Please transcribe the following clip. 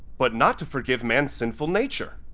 but not to forgive man's sinful nature.